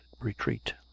retreat